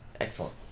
Excellent